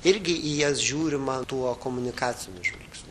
irgi į jas žiūrima tuo komunikaciniu žvilgsniu